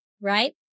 right